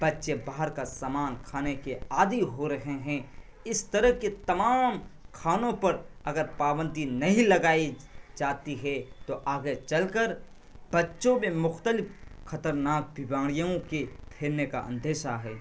بچے باہر کا سامان کھانے کے عادی ہو رہے ہیں اس طرح کے تمام کھانوں پر اگر پابندی نہیں لگائی جاتی ہے تو آگے چل کر بچوں میں مختلف خطرناک بیماریوں کے پھیلنے کا اندیشہ ہے